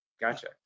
Gotcha